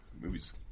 movies